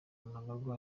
mnangagwa